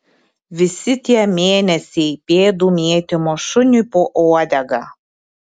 visi tie mėnesiai pėdų mėtymo šuniui po uodega